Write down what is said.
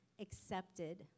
accepted